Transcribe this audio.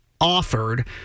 offered